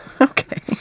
okay